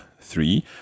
three